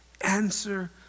answer